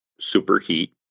superheat